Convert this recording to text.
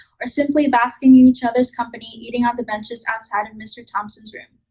or simply basking in each other's company eating on the benches outside of mr. thompson's room.